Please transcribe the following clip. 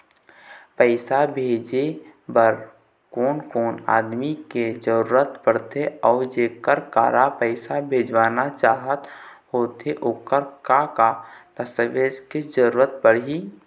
पैसा भेजे बार कोन कोन आदमी के जरूरत पड़ते अऊ जेकर करा पैसा भेजवाना चाहत होथे ओकर का का दस्तावेज के जरूरत पड़ही?